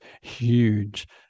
huge